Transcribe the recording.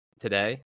today